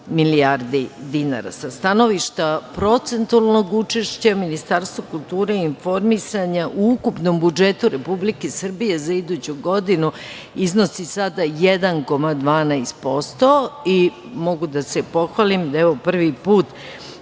milijardi dinara. Sa stanovišta procentualnog učešća Ministarstvo kulture i informisanja u ukupnom budžetu Republike Srbije za iduću godinu iznosi sada 1,12%. Mogu da se pohvalim da je ovo prvi put